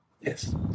Yes